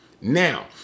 Now